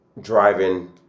driving